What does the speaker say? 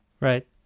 Right